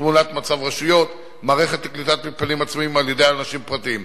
תמונת מצב רשויות ומערכת לקליטת מתפנים עצמאיים על-ידי אנשים פרטיים.